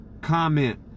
comment